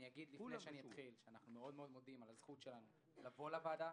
אתחיל בתחילה שאנחנו מאד מודים על הזכות שלנו לבוא לוועדה,